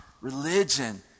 religion